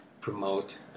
promote